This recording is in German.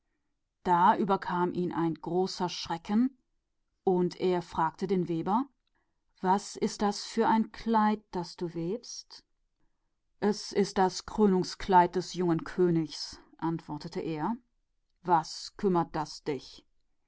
angst befiel ihn und er fragte den weber was für ein gewand ist das das du da webst es ist das gewand für die krönung des jungen königs antwortete er was geht das